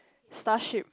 starship